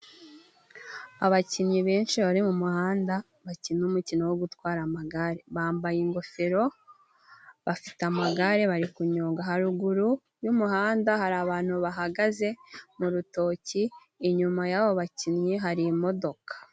Abakinnyi benshi bari mu muhanda bakina umukino wo gutwara amagare, bambaye ingofero, bafite amagare bari kunyonga, haruguru y'umuhanda hari abantu bahagaze mu rutoki, inyuma y'abo bakinnyi hari imodoka.